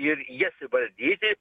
ir jas įvaldyti